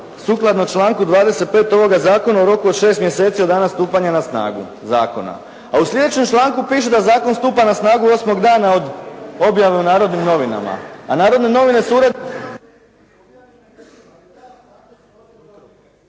sukladno članku 25. ovoga zakona u roku od 6. mjeseci od dana stupanja na snagu zakona.“ A u slijedećem članku piše da “zakon stupa na snagu osmog dana od objave u “Narodnim novinama“, a “Narodne novine“ …/Govornik